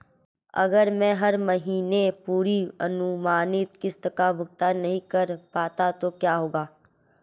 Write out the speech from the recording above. अगर मैं हर महीने पूरी अनुमानित किश्त का भुगतान नहीं कर पाता तो क्या होगा?